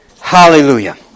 Hallelujah